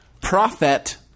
Prophet